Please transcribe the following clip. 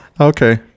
okay